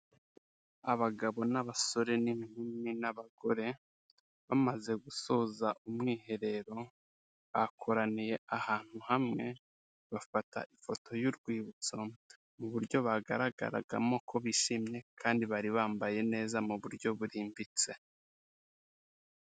Abagabo n'abasore n'inkumi n'abagore, bamaze gusoza umwiherero bakoraniye ahantu hamwe bafata ifoto y'urwibutso, mu buryo bagaragaragamo ko bishimye kandi bari bambaye neza mu buryo burimbitse.